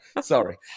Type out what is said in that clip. Sorry